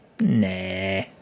Nah